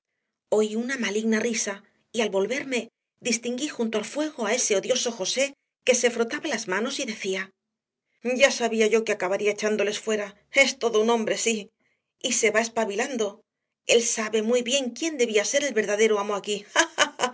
oí una maligna risa y al volverme distinguí junto al fuego a ese odioso josé que se frotaba las manos y decía ya sabía yo que acabaría echándoles fuera es todo un hombre sí y se va espabilando él sabe muy bien quién debía ser el verdadero amo aquí